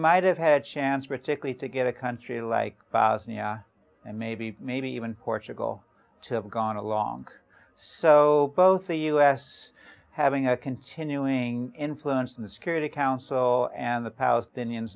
might have had a chance critically to get a country like bosnia and maybe maybe even portugal to have gone along so both the us having a continuing influence in the security council and the palestinians